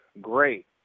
great